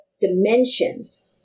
dimensions